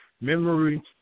memory